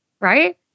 Right